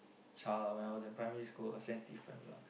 child when I was in primary school Saint-Stephen lah